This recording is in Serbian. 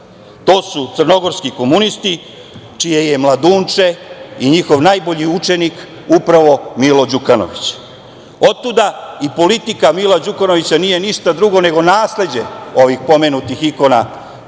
To su crnogorski komunisti čiji je mladunče i njihov najbolji učenik upravo Milo Đukanović. Otuda i politika Mila Đukanovića nije ništa drugo nego nasleđe ovih pomenutih ikona